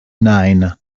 nine